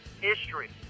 history